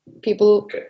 people